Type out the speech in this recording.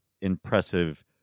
impressive